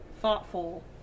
thoughtful